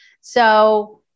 So-